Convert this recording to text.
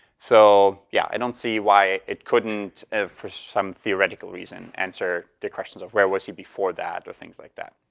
so yeah i don't see why it couldn't, for some theoretical reason, answer the questions of where was he before that, or things like that.